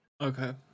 Okay